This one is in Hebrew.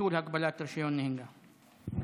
ביטול הגבלת רישיון נהיגה.